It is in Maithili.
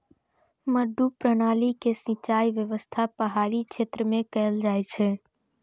मड्डू प्रणाली के सिंचाइ व्यवस्था पहाड़ी क्षेत्र मे कैल जाइ छै